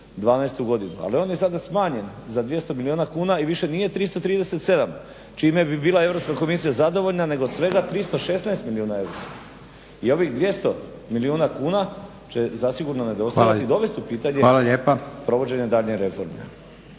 2012. godinu, ali on je sada smanjen za 200 milijuna kuna i više nije 337 čime bi bila Europska komisija zadovoljna, nego svega 316 milijuna eura. I ovih 200 milijuna kuna će zasigurno nedostajati i dovest u pitanje provođenje daljnje reforme.